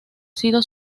sido